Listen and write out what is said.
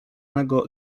nego